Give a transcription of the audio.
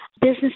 business